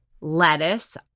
lettuce